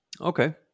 Okay